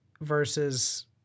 versus